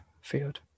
field